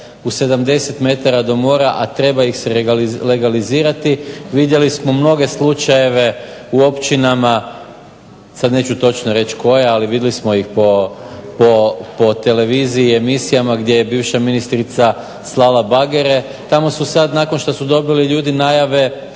u 70 metara do mora, a treba ih se legalizirati vidjeli smo mnoge slučajeve u općinama, sad neću točno reći koje, ali vidjeli smo ih po televiziji i emisijama gdje je bivša ministrica slala bagere. Tamo su sad nakon što su dobili ljudi najave